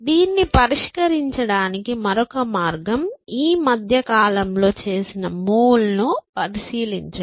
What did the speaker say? దీన్ని పరిష్కరించడానికి మరొక మార్గం ఈ మధ్యకాలంలో చేసిన మూవ్ లను పరిశీలించడం